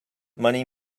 money